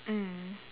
mm